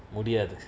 முடியாது:mudiyaathu